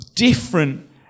different